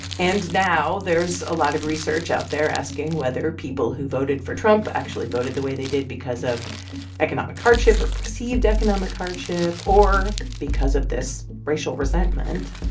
and now there's a lot of research out there asking whether people who voted for trump actually voted the way they did because of economic hardship or perceived economic hardship or because of this racial resentment.